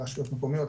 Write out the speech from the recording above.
רשויות מקומיות,